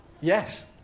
Yes